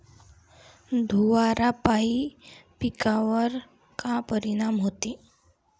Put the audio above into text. धुवारापाई पिकावर का परीनाम होते?